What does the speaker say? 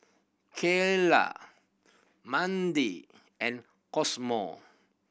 Keyla Mandi and Cosmo